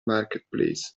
marketplace